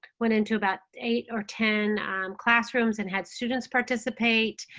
went into about eight or ten classrooms and had students participate